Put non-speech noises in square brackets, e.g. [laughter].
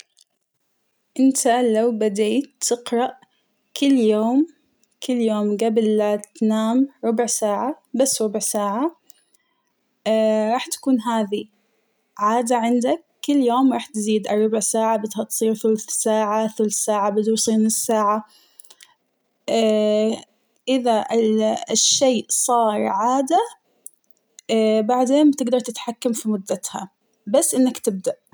انت لو بديت تقرأ كل يوم كل يوم قبل لتنام ربع ساعة بس ربع ساعة [hesitation] ،راح تكون هذى عادة عندك كل يوم راح تزيد الربع ساعة بدها تصيرثلث ساعة، ثلث ساعة بتوصل نص ساعة [hesitation] ،إذا الشيء صار عادة [hesitation] بعدين تقدر تتحكم في مدتها بس إنك تبدأ.